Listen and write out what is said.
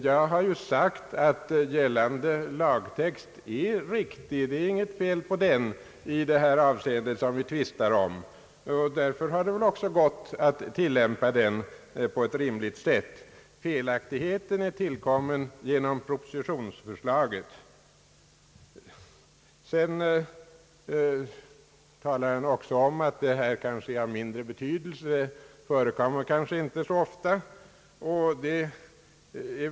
Jag har sagt att gällande lagtext är riktig, det är inget fel på den i det avseende som vi tvistar om. Därför har det också gått att tillämpa den på ett rimligt sätt. Felaktigheten är tillkommen. genom propositionsförslaget. Sedan talade herr Kristiansson om att detta kanske är av mindre betydelse, det förekommer kanske inte så ofta.